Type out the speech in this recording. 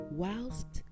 whilst